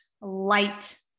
light